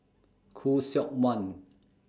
Khoo Seok Wan